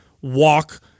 walk